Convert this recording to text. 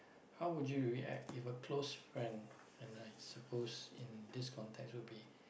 how would you react if a close friend and I suppose in this context would be